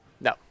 No